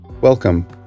Welcome